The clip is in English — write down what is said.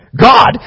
God